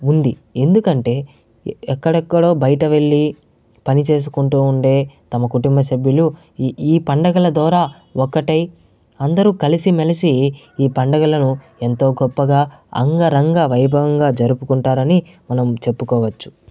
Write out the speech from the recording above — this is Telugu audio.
ఉంది ఎందుకంటే ఎక్కడెక్కడో బయట వెళ్ళి పని చేసుకుంటూ ఉండే తమ కుటుంబ సభ్యులు ఈ ఈ పండుగల ద్వారా ఒక్కటై అందరూ కలిసిమెలిసి ఈ పండగలను ఎంతో గొప్పగా అంగరంగ వైభవంగా జరుపుకుంటారని మనం చెప్పుకోవచ్చు